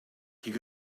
could